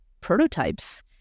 prototypes